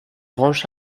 branche